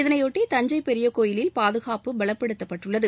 இதனையொட்டி தஞ்சை பெரியக் கோயிலில் பாதுகாப்பு பலப்படுத்தப்பட்டுள்ளது